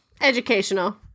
Educational